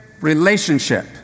relationship